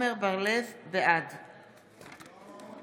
בעד